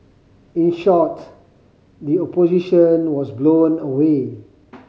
in short the Opposition was blown away